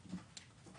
ההחלטה.